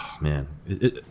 man